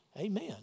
Amen